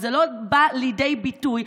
שזה לא בא לידי ביטוי,